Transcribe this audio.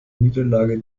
niederlage